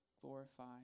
glorify